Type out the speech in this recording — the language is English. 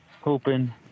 hoping